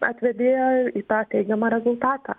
atvedė į tą teigiamą rezultatą